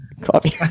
Coffee